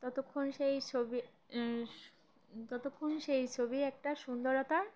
ততক্ষণ সেই ছবি ততক্ষণ সেই ছবি একটা সুন্দরতার